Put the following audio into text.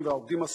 כאמור,